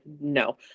No